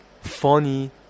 funny